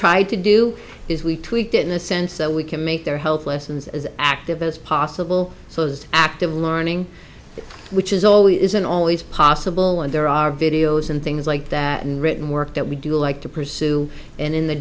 tried to do is we tweaked it in the sense that we can make their health lessons as active as possible so that active learning which is always isn't always possible and there are videos and things like that in written work that we do like to pursue and in the